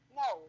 no